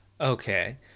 Okay